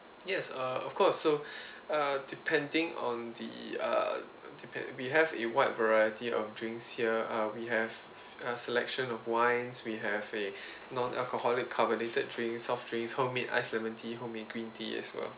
yes uh of course so uh depending on the uh depen~ we have a wide variety of drinks here uh we have a selection of wines we have a non-alcoholic carbonated drink soft drinks homemade ice lemon tea homemade green tea as well